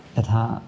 यथा